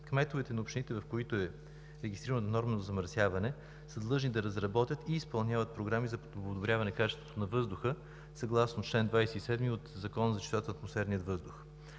Кметовете на общините, в които е регистрирано наднормено замърсяване, са длъжни да разработят и да изпълняват програмите за подобряване на качеството на въздуха съгласно чл. 27 от Закона за чистотата на атмосферния въздух.